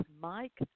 Mike